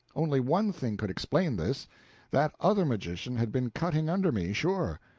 only one thing could explain this that other magician had been cutting under me, sure.